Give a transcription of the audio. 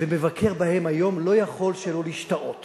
ומבקר בהם היום, לא יכול שלא להשתאות